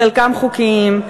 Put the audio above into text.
חלקם חוקיים,